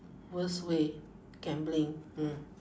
worst way gambling